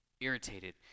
irritated